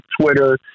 Twitter